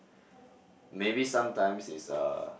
maybe sometimes it's uh